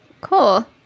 Cool